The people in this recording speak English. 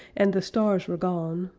and the stars were gone,